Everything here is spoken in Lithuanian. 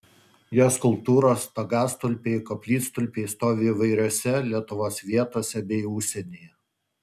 jo skulptūros stogastulpiai koplytstulpiai stovi įvairiose lietuvos vietose bei užsienyje